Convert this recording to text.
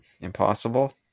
Impossible